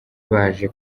baje